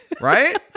Right